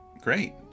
Great